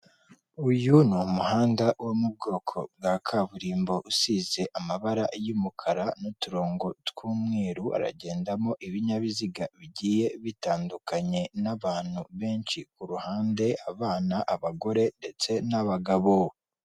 Uyu ni umuhanda wo mu bwoko bwa kaburimbo usize amabara y'umukara n'uturongo tw'umweru, haragendamo ibinyabiziga bigiye bitandukanye, n'abantu benshi ku ruhande abana, abagore, ndetse n'abagabo.